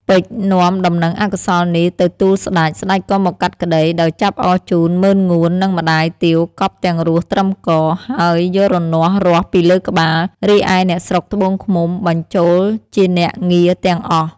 ពេជ្រនាំដំណឹងអកុសលនេះទៅទូលសេ្តច ស្តេចក៏មកកាត់ក្តី ដោយចាប់អរជូន ម៉ឺនងួន និងម្តាយទាវកប់ទាំងរស់ត្រឹមក ហើយយករនាស់រាស់ពីលើក្បាល រីឯអ្នកស្រុកត្បូងឃ្មុំបញ្ចូលជាអ្នកងារទាំងអស់ ។